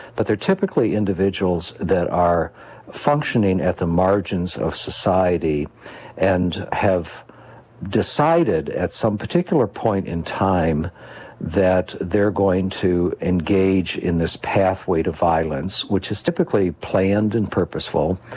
but they are typically individuals that are functioning at the margins of society and have decided at some particular point in time that they are going to engage in this pathway to violence, which is typically planned and purposeful,